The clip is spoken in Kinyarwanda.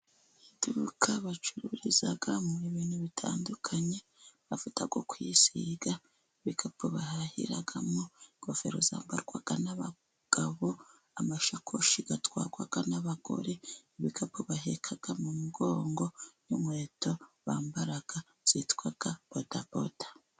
Iduka bacururizamo ibintu bitandukanye, amavuta yo kwisiga, ibikapu bahahiramo, ingofero zambarwaga n'abagabo, amashakoshi atwarwa n'abagore, b'ibikapu baheka mu mugongo y'umukweheto bambara zitwa bodaboda.